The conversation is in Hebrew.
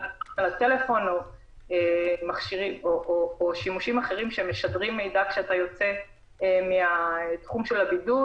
בטלפון או שימושים אחרים שמשדרים מידע כשאתה יוצא מתחום הבידוד,